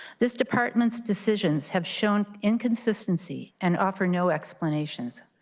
this departments decisions have shown inconsistency and offer no explanations.